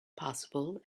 possible